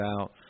out